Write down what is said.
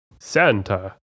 Santa